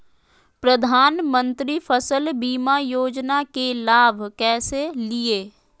प्रधानमंत्री फसल बीमा योजना के लाभ कैसे लिये?